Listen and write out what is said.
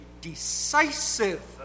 decisive